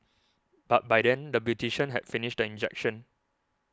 but by then the beautician had finished the injection